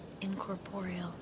incorporeal